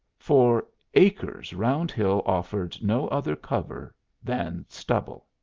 for acres round hill offered no other cover than stubble.